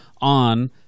on